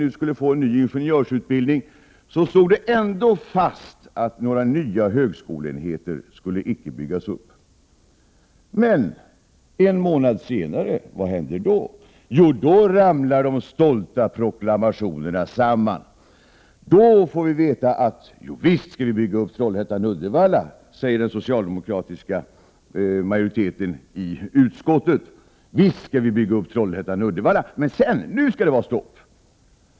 Trots att en ny ingenjörsutbildning nu skulle inrättas stod man ändå fast vid att några nya högskoleenheter inte skulle byggas upp. Men vad händer en månad senare? Då ramlar de stolta proklamationerna samman. Den socialdemokratiska majoriteten i utskottet säger: Visst skall vi bygga upp högskolan i Trollhättan-Uddevalla, men sedan skall det vara stopp.